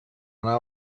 anar